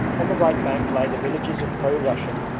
on the right bank lie the villages of pro-russian,